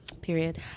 period